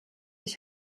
ich